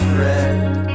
red